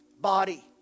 Body